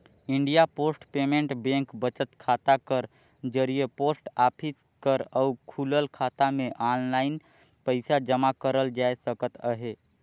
India post payment bank बचत खाता कर जरिए पोस्ट ऑफिस कर अउ खुलल खाता में आनलाईन पइसा जमा करल जाए सकत अहे